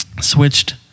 Switched